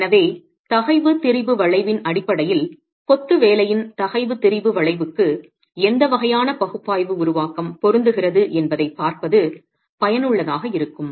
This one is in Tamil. எனவே தகைவு திரிபு வளைவின் அடிப்படையில் கொத்து வேலையின் தகைவு திரிபு வளைவுக்கு எந்த வகையான பகுப்பாய்வு உருவாக்கம் பொருந்துகிறது என்பதைப் பார்ப்பது பயனுள்ளதாக இருக்கும்